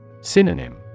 Synonym